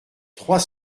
trois